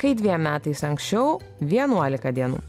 tai dviem metais anksčiau vienuolika dienų